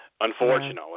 Unfortunately